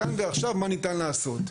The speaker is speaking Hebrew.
כאן ועכשיו מה ניתן לעשות.